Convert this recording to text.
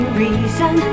reason